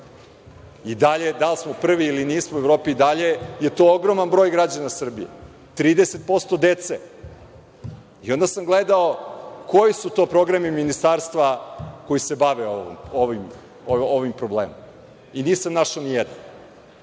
I dalje, da li smo prvi ili nismo u Evropi, je to ogroman broj građana Srbije, 30% dece i onda sam gledao koji su to programi ministarstva koji se bave ovim problemom i nisam našao ni jedan.